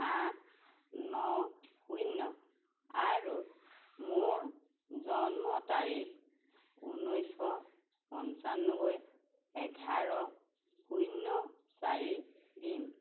আঠ ন শূন্য আৰু মোৰ জন্ম তাৰিখ ঊনৈশ পঁচান্নবৈ এঘাৰ শূন্য চাৰি দিম